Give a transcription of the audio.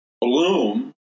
bloom